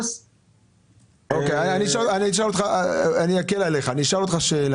יש לכם נקודת משטרה שם?